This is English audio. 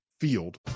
Field